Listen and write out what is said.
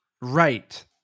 Right